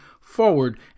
forward